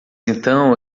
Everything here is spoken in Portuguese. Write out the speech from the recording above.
então